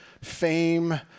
fame